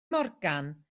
morgan